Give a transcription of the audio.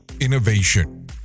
innovation